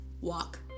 walk